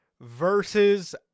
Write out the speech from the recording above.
versus